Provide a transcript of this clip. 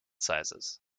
sizes